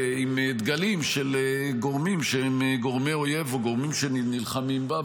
עם דגלים של גורמים שהם גורמי אויב או גורמים שנלחמים בה,